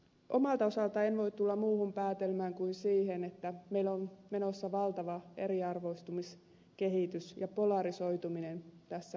omalta osaltani en voi tulla muuhun päätelmään kuin siihen että meillä on tällä hetkellä menossa valtava eriarvoistumiskehitys ja polarisoituminen tässä maassa